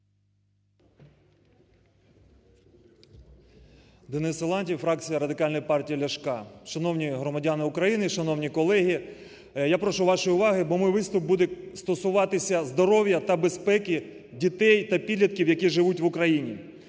Денис Силантьєв, фракція Радикальної партії Ляшка. Шановні громадяни України, шановні колеги, я прошу вашої уваги, бо мій виступ буде стосуватися здоров'я та безпеки дітей та підлітків, які живуть в Україні.